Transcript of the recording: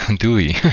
and do we?